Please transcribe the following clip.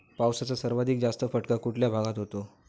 पावसाचा सर्वाधिक जास्त फटका कुठल्या भागात होतो?